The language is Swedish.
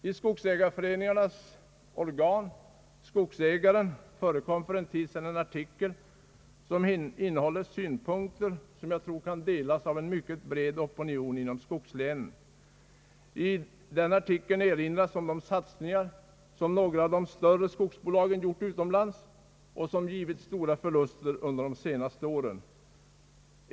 I - skogsägareföreningarnas organ Skogsägaren förekom för en tid sedan en artikel, som innehåller synpunkter som kan delas av en mycket bred opinion inom skogslänen. I den artikeln erinras om de satsningar några av de större skogsbolagen gjort utomlands och som givit stora förluster under de senaste åren.